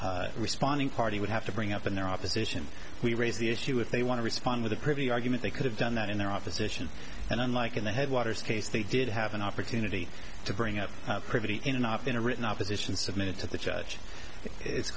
the responding party would have to bring up in their opposition we raise the issue if they want to respond with a pretty argument they could have done that in their opposition and unlike in the headwaters case they did have an opportunity to bring up pretty enough in a written opposition submitted to the judge